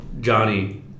Johnny